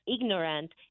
ignorant